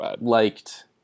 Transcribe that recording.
liked